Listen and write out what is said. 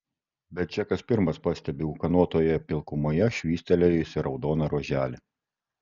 bet džekas pirmas pastebi ūkanotoje pilkumoje švystelėjusį raudoną ruoželį